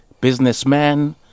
businessman